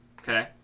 Okay